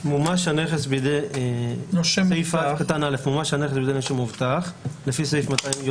"מומש הנכס בידי נושה מובטח לפי סעיף 248 לחוק,